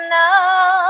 now